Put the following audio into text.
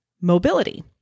mobility